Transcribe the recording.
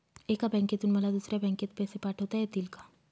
एका बँकेतून मला दुसऱ्या बँकेत पैसे पाठवता येतील का?